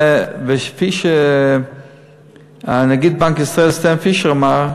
וכפי שנגיד בנק ישראל סטנלי פישר אמר,